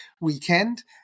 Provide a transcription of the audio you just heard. weekend